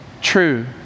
true